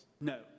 No